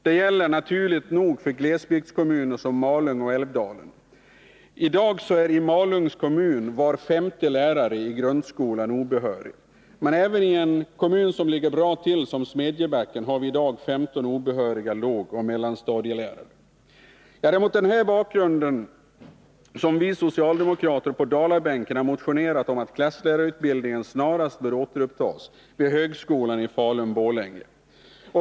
Det gäller, naturligt nog, för glesbygdskommuner som Malung och Älvdalen; i Malungs kommun är i dag var femte lärare i grundskolan obehörig. Men även i en kommun som ligger bra till såsom Smedjebacken har vi i dag 15 obehöriga lågoch mellanstadielärare: Det är denna bakgrund som gjort att vi socialdemokrater på Dalabänken motionerat om att klasslärarutbildningen snarast bör återupptas vid högskolan i Falun/Borlänge.